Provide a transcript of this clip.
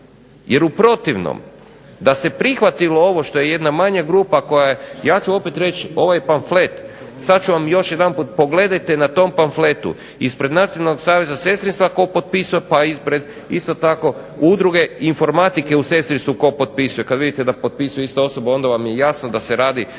Jer u protivnom da se prihvatilo ovo što je jedna manja grupa koja je, ja ću opet reći ovaj pamflet, sad ću vam još jedanput, pogledajte na tom pamfletu ispred Nacionalnog saveza sestrinstva tko potpisuje pa ispred isto tako Udruge informatike u sestrinstvu tko potpisuje. Kad vidite da potpisuje ista osoba onda vam je jasno da se radi o onima